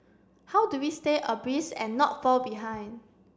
how do we stay abreast and not fall behind